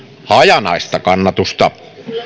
hajanaista kannatusta